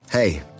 Hey